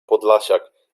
podlasiak